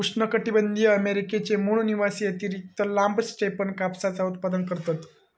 उष्णकटीबंधीय अमेरिकेचे मूळ निवासी अतिरिक्त लांब स्टेपन कापसाचा उत्पादन करतत